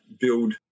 build